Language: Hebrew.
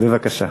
בבקשה.